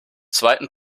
zweiten